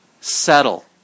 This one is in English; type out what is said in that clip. settle